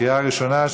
לקריאה ראשונה,